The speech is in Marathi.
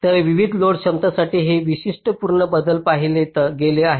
तर विविध लोड क्षमतांसाठी हे वैशिष्ट्यपूर्ण बदल पाहिले गेले आहेत